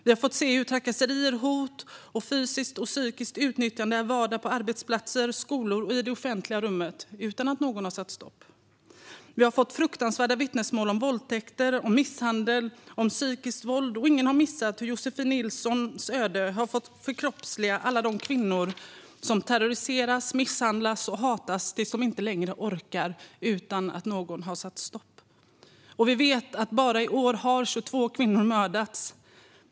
Vi har fått se hur trakasserier, hot och fysiskt och psykiskt utnyttjande är vardag på arbetsplatser, skolor och i det offentliga rummet utan att någon sätter stopp. Vi har fått fruktansvärda vittnesmål om våldtäkter, misshandel och psykiskt våld. Ingen har missat hur Josefin Nilssons öde har fått förkroppsliga alla de kvinnor som terroriseras, misshandlas och hatas tills de inte längre orkar utan att någon sätter stopp. Vi vet att 22 kvinnor har mördats bara på ett år.